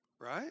right